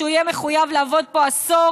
שהוא יהיה מחויב לעבוד פה עשור